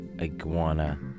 Iguana